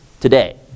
today